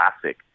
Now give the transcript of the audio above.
Classic